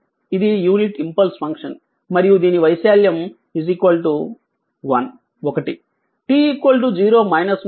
ఇది unit impulse function మరియు దీని వైశాల్యం 1